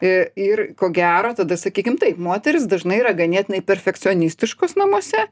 e ir ko gero tada sakykim taip moterys dažnai yra ganėtinai perfekcionistiškos namuose